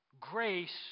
grace